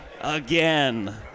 again